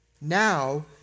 now